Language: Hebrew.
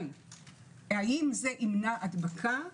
אבל האם זה ימנע הדבקה?